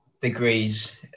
degrees